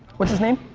what's his name?